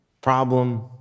Problem